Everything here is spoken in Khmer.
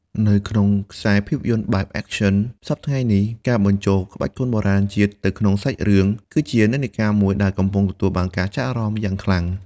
នៅក្នុងខ្សែភាពយន្តបែប Action សព្វថ្ងៃនេះ ការបញ្ចូលក្បាច់គុនបុរាណជាតិទៅក្នុងសាច់រឿង គឺជានិន្នាការមួយដែលកំពុងទទួលបានការចាប់អារម្មណ៍យ៉ាងខ្លាំង។